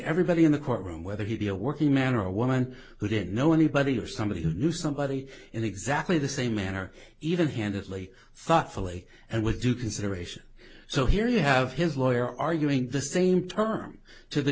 everybody in the courtroom whether he be a working man or a woman who didn't know anybody or somebody who knew somebody in exactly the same manner even handedly thoughtfully and with due consideration so here you have his lawyer arguing the same term to the